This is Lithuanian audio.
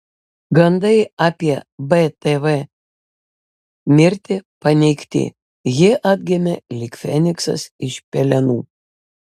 gandai apie btv mirtį paneigti ji atgimė lyg feniksas iš pelenų